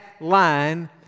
line